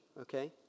okay